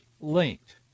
linked